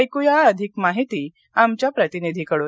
ऐकू या अधिक माहिती आमच्या प्रतिनिधीकडून